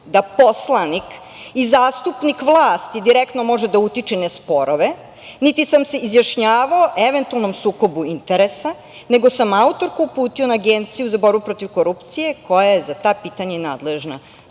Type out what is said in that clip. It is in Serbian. da poslanik i zastupnik vlasti direktno može da utiče na sporove, niti sam se izjašnjavao o eventualnom sukobu interesa, nego sam autorku uputio na Agenciju za borbu protiv korupcije koja je za ta pitanja nadležna“,